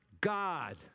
God